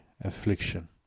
affliction